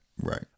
Right